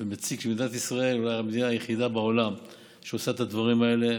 שמדינת ישראל היא המדינה היחידה בעולם שעושה את הדברים האלה,